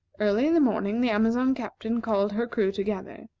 early in the morning, the amazon captain called her crew together.